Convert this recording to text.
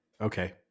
Okay